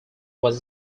was